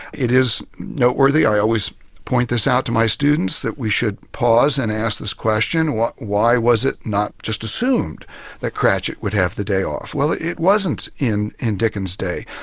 it is noteworthy, i always point this out to my students, that we should pause and ask this question why was it not just assumed that cratchett would have the day off? well it it wasn't, in in dickens' day.